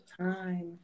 time